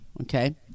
Okay